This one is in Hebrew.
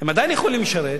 הם עדיין יכולים לשרת.